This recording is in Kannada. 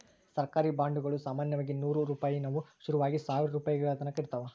ಸರ್ಕಾರಿ ಬಾಂಡುಗುಳು ಸಾಮಾನ್ಯವಾಗಿ ನೂರು ರೂಪಾಯಿನುವು ಶುರುವಾಗಿ ಸಾವಿರಾರು ರೂಪಾಯಿಗಳತಕನ ಇರುತ್ತವ